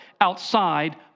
outside